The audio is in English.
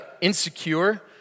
insecure